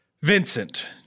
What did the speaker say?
Vincent